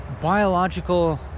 biological